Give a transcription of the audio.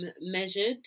measured